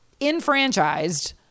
enfranchised